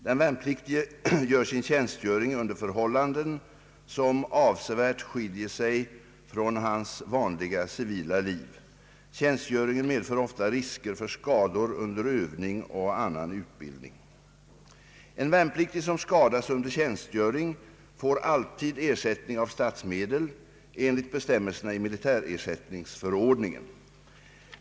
Den värnpliktige gör sin tjänstgöring under förhållanden som avsevärt skiljer sig från hans vanliga civila liv. Tjänstgöringen medför ofta risker för skador under övning och annan utbildning. En värnpliktig som skadas under tjänstgöring får alltid ersättning av statsmedel enligt bestämmelserna i militärersättningsförordningen.